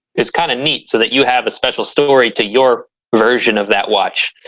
is kind of neat. so that you have a special story to your version of that watch.